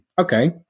okay